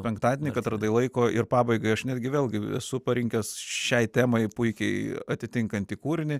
penktadienį kad radai laiko ir pabaigai aš netgi vėlgi esu parinkęs šiai temai puikiai atitinkantį kūrinį